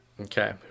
Okay